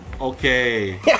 okay